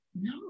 no